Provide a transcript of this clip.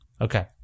okay